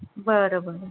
बरं बरं